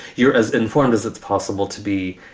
you're as informed as it's possible to be.